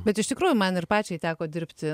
bet iš tikrųjų man ir pačiai teko dirbti